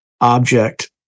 object